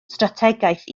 strategaeth